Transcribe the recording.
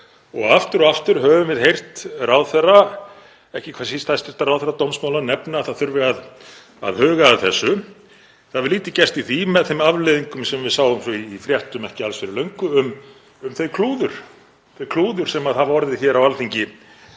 er. Aftur og aftur höfum við heyrt ráðherra, ekki hvað síst hæstv. ráðherra dómsmála, nefna að það þurfi að huga að þessu. Það hefur lítið gerst í því með þeim afleiðingum sem við sáum í fréttum ekki alls fyrir löngu um þau klúður sem hafa orðið hér á Alþingi